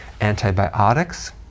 antibiotics